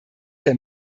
der